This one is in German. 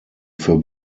für